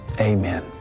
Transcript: amen